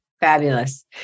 Fabulous